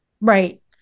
Right